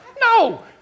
No